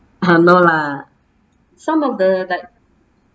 !huh! no lah some of the like